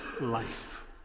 life